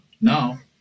Now